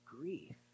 grief